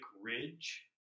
Ridge